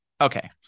Okay